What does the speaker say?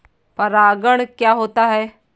परागण क्या होता है?